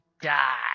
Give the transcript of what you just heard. die